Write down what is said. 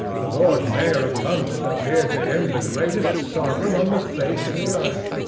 the lord mayor of london appeared to him the greatest sovereign on the face of the earth,